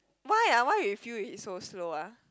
why ah why you feel is slow ah